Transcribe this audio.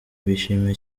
bishimiye